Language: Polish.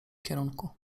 kierunku